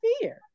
fear